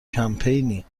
کمپینی